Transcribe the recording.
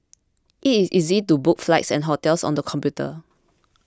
it is easy to book flights and hotels on the computer